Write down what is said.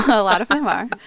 a lot of them are.